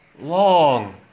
long